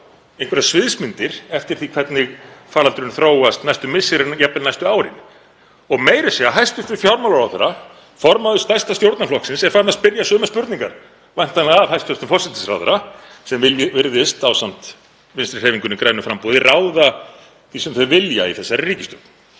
einhverjar sviðsmyndir eftir því hvernig faraldurinn þróast næstu misseri og jafnvel næstu árin. Meira að segja hæstv. fjármálaráðherra, formaður stærsta stjórnarflokksins, er farinn að spyrja sömu spurningar, væntanlega hæstv. forsætisráðherra, sem virðist, ásamt Vinstrihreyfingunni – grænu framboði, ráða því sem þau vilja í þessari ríkisstjórn.